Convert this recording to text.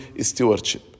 stewardship